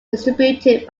distributed